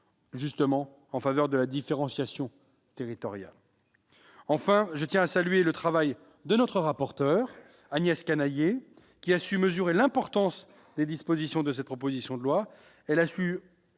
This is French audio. réformes en faveur de la différenciation territoriale ... En conclusion, je tiens â saluer le travail de notre rapporteur, Agnès Canayer, qui a su mesurer l'importance des dispositions de cette proposition de loi.